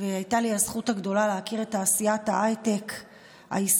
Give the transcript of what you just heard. והייתה לי הזכות הגדולה להכיר את תעשיית ההייטק הישראלית,